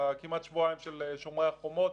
בכמעט שבועיים של שומר החומות.